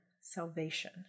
salvation